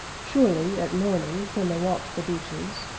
surely, at morning, when they walked the beaches,